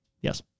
Yes